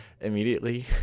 immediately